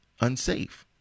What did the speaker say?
unsafe